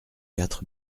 quatre